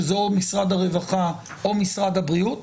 שזה או משרד הרווחה או משרד הבריאות,